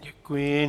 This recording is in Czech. Děkuji.